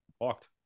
walked